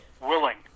Willing